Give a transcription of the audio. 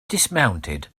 dismounted